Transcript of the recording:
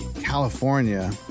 California